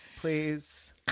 please